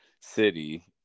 city